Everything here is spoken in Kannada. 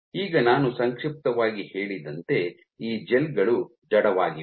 ಈಗ ನಾನು ಸಂಕ್ಷಿಪ್ತವಾಗಿ ಹೇಳಿದಂತೆ ಈ ಜೆಲ್ಗಳು ಜಡವಾಗಿವೆ